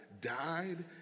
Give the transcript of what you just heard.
died